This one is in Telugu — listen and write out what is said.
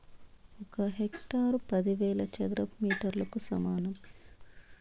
ఒక హెక్టారు పదివేల చదరపు మీటర్లకు సమానం